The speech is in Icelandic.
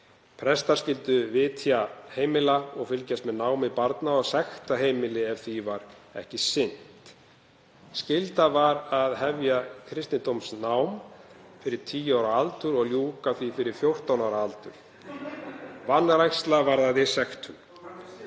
Prestar skyldu vitja heimila og fylgjast með námi barna og sekta heimili ef því var ekki sinnt. Skylda var að hefja kristindómsnám fyrir 10 ára aldur og ljúka því fyrir 14 ára aldur, vanræksla varðaði sektum.